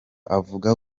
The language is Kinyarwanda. avuga